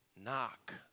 knock